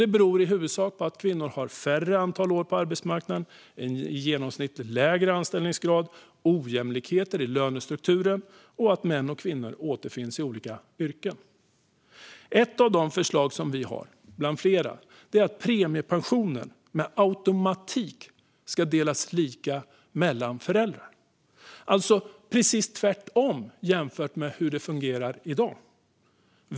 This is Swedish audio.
Detta beror i huvudsak på att kvinnor har färre år på arbetsmarknaden och en i genomsnitt lägre anställningsgrad, på ojämlikheter i lönestrukturen och på att män och kvinnor återfinns i olika yrken. Ett av flera förslag som vi har är att premiepensionen med automatik ska delas lika mellan föräldrar, alltså precis tvärtom jämfört med hur det fungerar i dag.